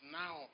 now